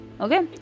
Okay